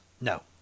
No